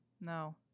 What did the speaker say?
no